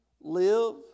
live